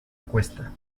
cuesta